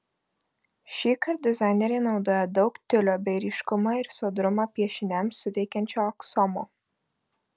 šįkart dizainerė naudoja daug tiulio bei ryškumą ir sodrumą piešiniams suteikiančio aksomo